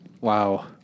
Wow